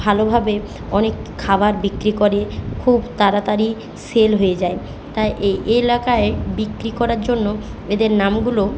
ভালোভাবে অনেক খাবার বিক্রি করে খুব তাড়াতাড়ি সেল হয়ে যায় তাই এই এলাকায় বিক্রি করার জন্য এদের নামগুলো